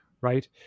Right